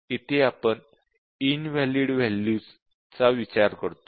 इथे आपण invalid values चा विचार करतो